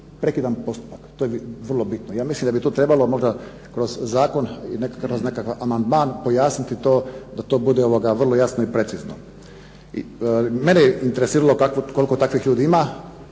prekidan postupak, to je bitno, vrlo bitno. Ja mislim da bi tu trebalo možda kroz zakon ili kroz nekakav amandman pojasniti to da to bude vrlo jasno i precizno. Mene je interesiralo koliko takvih ljudi ima,